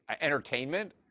entertainment